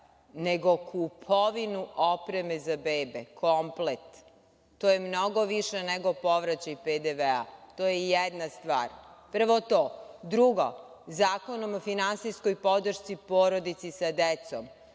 nego kupovinu opreme za bebe, komplet. To je mnogo više nego povraćaj PDV. To je jedna stvar. Prvo to. Drugo, Zakonom o finansijskoj podršci porodici sa decom